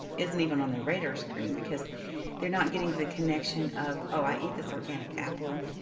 isn't even on their radar screen because they're not getting the connection of, oh, i eat this organic apple,